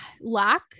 lack